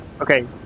Okay